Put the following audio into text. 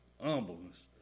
humbleness